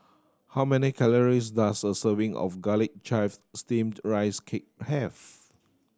how many calories does a serving of Garlic Chives Steamed Rice Cake have